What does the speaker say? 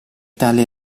tale